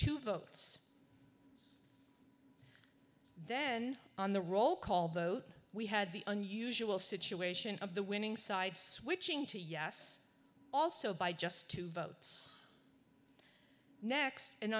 two votes then on the roll call vote we had the unusual situation of the winning side switching to yes also by just two votes next